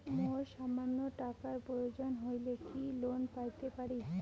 মোর সামান্য টাকার প্রয়োজন হইলে কি লোন পাইতে পারি?